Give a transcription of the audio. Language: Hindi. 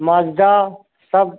माजदा सब